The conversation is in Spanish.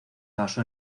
basó